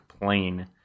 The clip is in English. plane